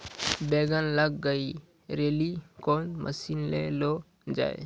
बैंगन लग गई रैली कौन मसीन ले लो जाए?